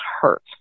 hurt